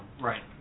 Right